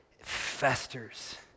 festers